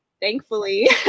thankfully